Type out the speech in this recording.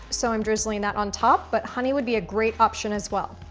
so i'm drizzling that on top, but honey would be a great option, as well.